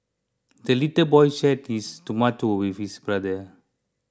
the little boy shared his tomato with his brother